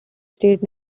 states